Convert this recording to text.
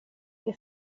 che